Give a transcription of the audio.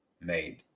made